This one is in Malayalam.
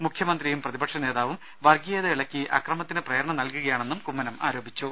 മുഖ്യമ ന്ത്രിയും പ്രതിപക്ഷനേതാവും വർഗീയത ഇളക്കി അക്രമത്തിന് പ്രേരണ നൽ കുകയാണെന്നും കുമ്മനം ആരോപിച്ചു